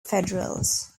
federals